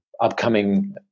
upcoming